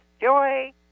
joy